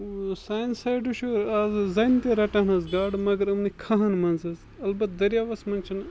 سانہِ سایڈٕ چھُ آز زَنہِ تہِ رَٹان حظ گاڈٕ مگر یِمنٕے کھہہَن منٛز حظ البتہٕ دٔریاوَس منٛز چھِنہٕ